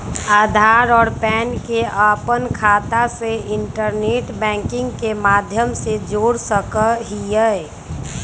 आधार और पैन के अपन खाता से इंटरनेट बैंकिंग के माध्यम से जोड़ सका हियी